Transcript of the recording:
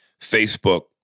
Facebook